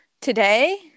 Today